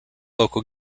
local